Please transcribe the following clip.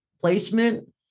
placement